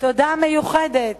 תודה מיוחדת